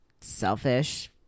selfish